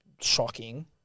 shocking